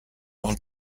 und